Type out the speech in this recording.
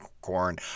corn